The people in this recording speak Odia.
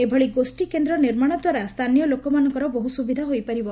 ଏଭଳି ଗୋଷୀ କେନ୍ଦ୍ ନିର୍ମାଣ ଦ୍ୱାରା ସ୍ରାନୀୟ ଲୋକମାନଙ୍କର ବହୁ ସୁବିଧା ହୋଇପାରିବ